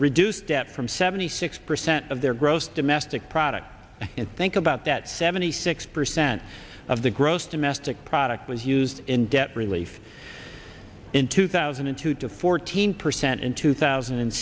reduced depth from seventy six percent of their gross domestic product and think about that seventy six percent of the gross domestic product was used in debt relief in two thousand and two to fourteen percent in two thousand and